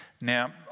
Now